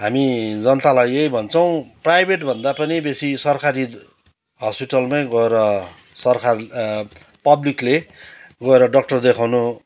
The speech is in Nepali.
हामी जनतालाई यही भन्छौँ प्राइभेटभन्दा पनि बेसी सरकारी हस्पिटलमै गएर सरकार पब्लिकले गएर डक्टर देखाउनु